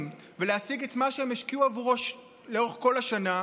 ולהשיג את מה שהם השקיעו עבורו לאורך כל השנה,